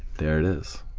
there it is.